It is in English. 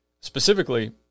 Specifically